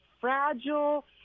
fragile